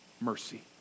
Mercy